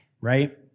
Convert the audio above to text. right